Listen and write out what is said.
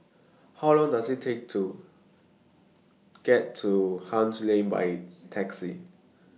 How Long Does IT Take to get to Haig Lane By Taxi